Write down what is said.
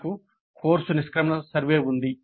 మాకు కోర్సు నిష్క్రమణ సర్వే ఉంది